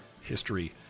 history